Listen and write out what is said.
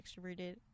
extroverted